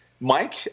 Mike